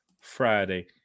Friday